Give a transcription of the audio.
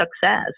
success